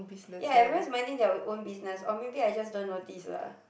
ya everyone is minding their own own business or maybe I just don't notice lah